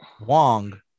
Wong